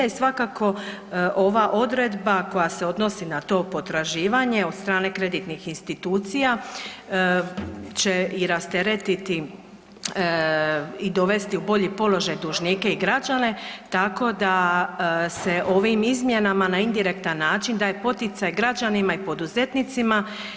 I svakako ova odredba koja se odnosi na to potraživanje od strane kreditnih institucija će i rasteretiti i dovesti u bolji položaj dužnike i građane, tako da se ovim izmjenama na indirektan način daje poticaj građanima i poduzetnicima.